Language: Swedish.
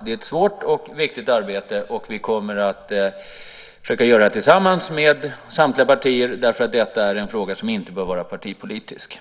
Detta är ett svårt och viktigt arbete som vi ska försöka att göra tillsammans med andra partier eftersom denna fråga inte bör vara partipolitisk.